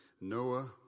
Noah